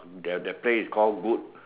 the the place is called good